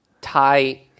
tie